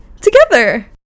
together